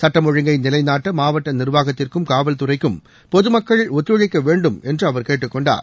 சட்டம் ஒழுங்கை நிலைநாட்ட மாவட்ட நிர்வாகத்திற்கும் காவல்துறைக்கும் பொதுமக்கள் ஒத்துழைக்க வேண்டும் என்று அவர் கேட்டுக் கொண்டார்